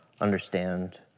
understand